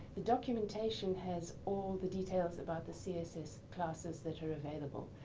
the documentation has all the details about the css classes that are available.